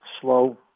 slow